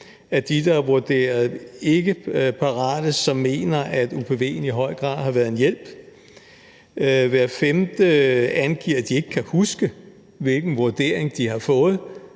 af dem, der er vurderet ikke uddannelsesparate, som mener, at upv'en i høj grad har været en hjælp. Hver femte angiver, at de ikke kan huske, hvilken vurdering de har fået,